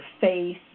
face